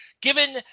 given